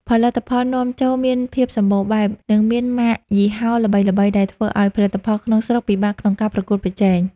ផលិតផលនាំចូលមានភាពសម្បូរបែប និងមានម៉ាកយីហោល្បីៗ ដែលធ្វើឱ្យផលិតផលក្នុងស្រុកពិបាកក្នុងការប្រកួតប្រជែង។